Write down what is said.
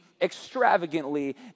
extravagantly